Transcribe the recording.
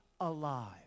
alive